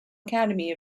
academy